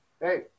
Hey